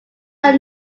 are